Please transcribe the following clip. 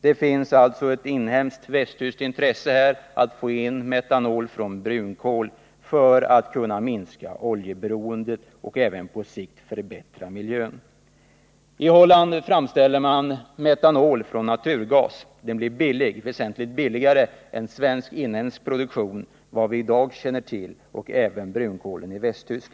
Det finns alltså ett västtyskt intresse av att få metanol från brunkol för att kunna minska oljeberoendet och på sikt även förbättra miljön. I Holland framställs metanol av naturgas. Det blir väsentligt billigare att importera — även brunkol från Västtyskland — än att ha svensk inhemsk produktion.